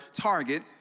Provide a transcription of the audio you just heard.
Target